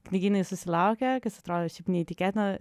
knygynai susilaukė kas atrodė neįtikėtina